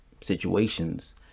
situations